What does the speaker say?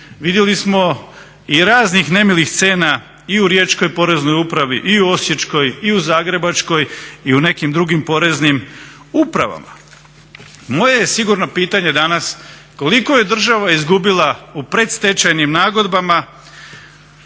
Vidjeli smo i raznih nemilih scena u riječkoj poreznoj upravi i u osječkoj i u zagrebačkoj i u nekim drugim poreznim upravama. Moje je sigurno pitanje danas, koliko je država izgubila u predstečajnim nagodbama,